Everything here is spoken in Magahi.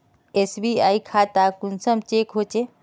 एस.बी.आई खाता कुंसम चेक होचे?